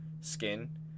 skin